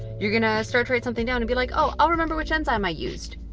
you're going to start to write something down and be like, oh, i'll remember which enzyme i used.